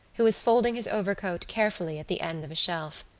who was folding his overcoat carefully at the end of a shelf.